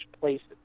places